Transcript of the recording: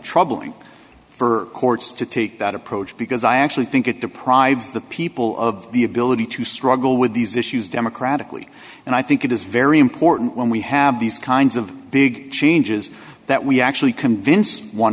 troubling for courts to take that approach because i actually think it deprives the people of the ability to struggle with these issues democratically and i think it is very important when we have these kinds of big changes that we actually convince one